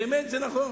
באמת זה נכון.